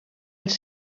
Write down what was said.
els